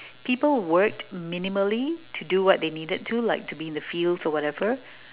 people worked minimally to do what they needed to like to be in the fields or whatever